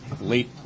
late